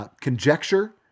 conjecture